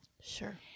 Sure